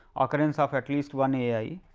occurrence of at least one a i,